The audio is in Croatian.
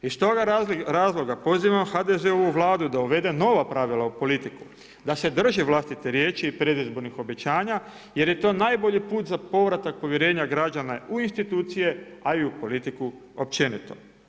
I stoga razloga pozivam HDZ-ovu vladu da uvede nova pravila u politiku, da se drže vlastite riječi i predizbornih obećanja jer je to najbolji put za povratak povjerenja građana u institucije, a i u politiku općenito.